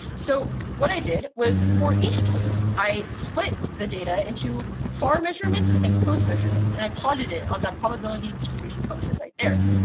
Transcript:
so what i did was for each case, i split the data into far measurements and close measurements, and i plotted it on that probability distribution function right there.